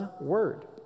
word